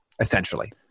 essentially